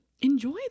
enjoy